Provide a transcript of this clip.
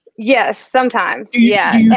yes sometimes, yeah.